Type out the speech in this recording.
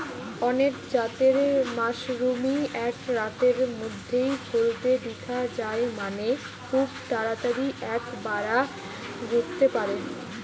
অনেক জাতের মাশরুমই এক রাতের মধ্যেই ফলতে দিখা যায় মানে, খুব তাড়াতাড়ি এর বাড়া ঘটতে পারে